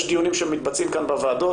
יש דיונים שמתבצעים כאן בוועדות.